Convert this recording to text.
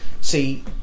see